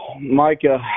Micah